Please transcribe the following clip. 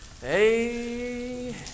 Hey